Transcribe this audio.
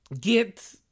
get